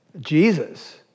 Jesus